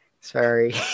Sorry